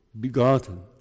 Begotten